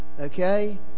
okay